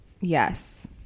Yes